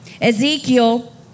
Ezekiel